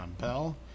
Bell